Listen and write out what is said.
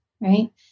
right